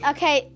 Okay